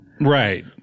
Right